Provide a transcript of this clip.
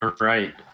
right